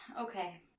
Okay